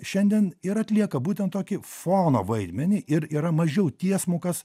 šiandien ir atlieka būtent tokį fono vaidmenį ir yra mažiau tiesmukas